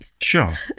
Sure